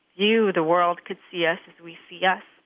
you, the world, could see us as we see us.